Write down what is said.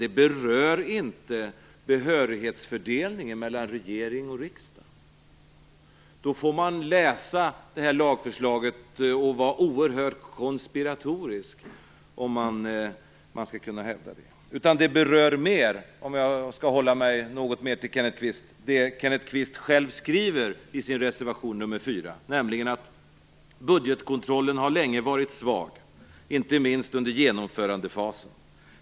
Det berör inte behörighetsfördelningen mellan regering och riksdag. Man får vara oerhört konspiratorisk när man läser lagförslaget om man skall kunna hävda det. Det berör mer det Kenneth Kvist själv skriver i sin reservation nr 4, nämligen: "Budgetkontrollen har länge varit svag, inte minst under genomförandefasen.